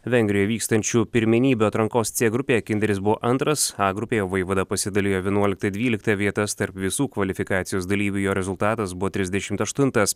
vengrijoje vykstančių pirmenybių atrankos c grupėje kinderis buvo antras h grupėje o vaivada pasidalijo vienuoliktą dvyliktą vietas tarp visų kvalifikacijos dalyvių jo rezultatas buvo trisdešimt aštuntas